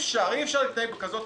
אתם יודעים שיש צעירה שמתה כתוצאה